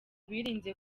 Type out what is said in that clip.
birinze